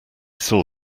saw